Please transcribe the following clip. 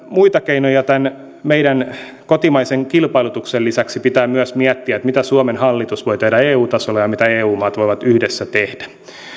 muita keinoja tämän meidän kotimaisen kilpailutuksen lisäksi pitää miettiä mitä suomen hallitus voi tehdä eu tasolla ja mitä eu maat voivat yhdessä tehdä